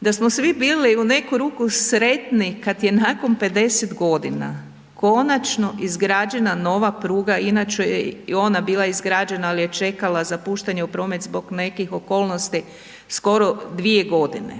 Da smo svi bili u neku ruku sretni kad je nakon 50 godina konačno izgrađena nova pruga inače je ona bila izgrađena ali je čekala za puštanje u promet zbog nekih okolnosti skoro dvije godine.